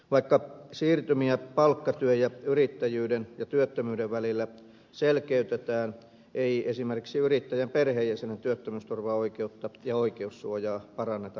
vaikka siirtymiä palkkatyön ja yrittäjyyden ja työttömyyden välillä selkeytetään ei esimerkiksi yrittäjien perheenjäsenen työttömyysturvaoikeutta ja oikeussuojaa paranneta millään lailla